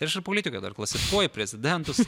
tai aš ir politikoj dar klasifikuoju prezidentus